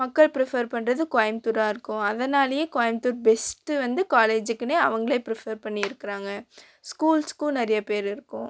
மக்கள் பிரிஃபெர் பண்றது கோயமுத்தூராக இருக்கும் அதனாலேயே கோயமுத்தூர் பெஸ்ட்டு வந்து காலேஜுக்குன்னே அவங்களே பிரிஃபெர் பண்ணியிருக்குறாங்க ஸ்கூல்ஸுக்கும் நிறையா பேரு இருக்கும்